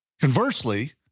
Conversely